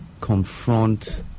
confront